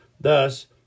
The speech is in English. Thus